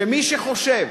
שמי שחושב